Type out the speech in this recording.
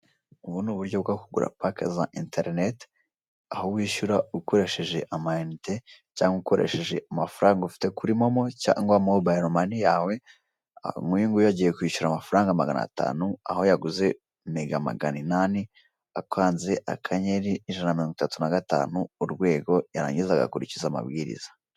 Ubu ni uburyo bwo kugura pack za Internet aho wishyura ukoresheje amainite cyangwa ukoresheje amafaranga ufite kuri MOMO cyangwa Mobile Money yawe, nk'uyu nguyu agiye kwishyura amafaranga magana atanu aho yaguze mega magana inani akanze akanyenyeri ijana mirongo itatu na gatanu urwego yarangiza agakurikiza amabwiriza.